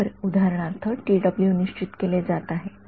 तर उदाहरणार्थ निश्चित केले जात आहे